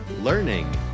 learning